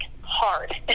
hard